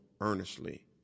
earnestly